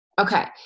Okay